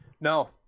No